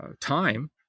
time